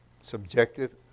subjective